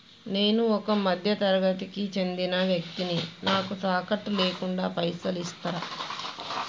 నేను ఒక మధ్య తరగతి కి చెందిన వ్యక్తిని నాకు తాకట్టు లేకుండా పైసలు ఇస్తరా?